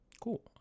cool